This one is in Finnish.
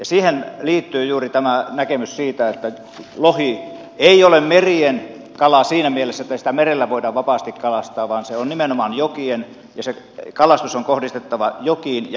siihen liittyy juuri tämä näkemys siitä että lohi ei ole merien kala siinä mielessä ettei sitä merellä voida vapaasti kalastaa vaan se on nimenomaan jokien ja se kalastus on kohdistettava jokiin ja jokisuihin